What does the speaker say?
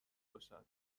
باشد